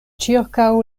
ĉirkaŭ